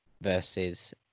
versus